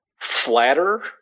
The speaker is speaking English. flatter